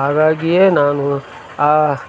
ಹಾಗಾಗಿಯೆ ನಾನು ಆ